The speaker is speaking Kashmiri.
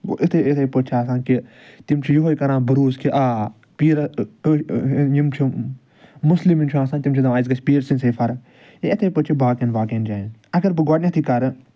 گوٚو اِتھے اِتھے پٲٹھۍ چھِ آسان کہ تِم چھ یُہے کَران بروس آ پیٖرَس یِم چھِ مُسلِم یِم چھِ آسان تِم چھِ دَپان اسہِ گَژھِ پیٖر سٕنٛد سۭتۍ فَرَق اِتھے پٲٹھۍ چھ باقیَن باقیَن جایَن اگر بہٕ گۄڈنیٚتھے کَرٕ